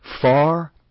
far